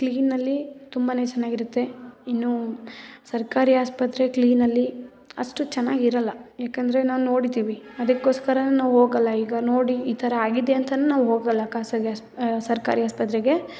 ಕ್ಲೀನಲ್ಲಿ ತುಂಬ ಚೆನ್ನಾಗಿರುತ್ತೆ ಇನ್ನು ಸರ್ಕಾರಿ ಆಸ್ಪತ್ರೆ ಕ್ಲೀನಲ್ಲಿ ಅಷ್ಟು ಚೆನ್ನಾಗಿರಲ್ಲ ಯಾಕಂದರೆ ನಾವು ನೋಡಿದ್ದೀವಿ ಅದಕೋಸ್ಕರ ನಾವು ಹೋಗಲ್ಲ ಈಗ ನೋಡಿ ಈ ಥರ ಆಗಿದೆಂತಲು ನಾವು ಹೋಗಲ್ಲ ಖಾಸಗಿ ಆಸ್ಪ ಸರ್ಕಾರಿ ಆಸ್ಪತ್ರೆಗೆ